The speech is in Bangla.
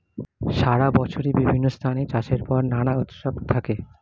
সারা বছরই বিভিন্ন স্থানে চাষের পর নানা উৎসব থাকে